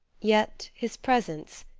yet his presence,